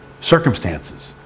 circumstances